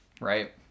right